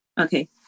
Okay